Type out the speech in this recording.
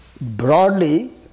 broadly